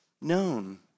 known